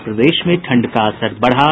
और प्रदेश में ठंड का असर बढ़ा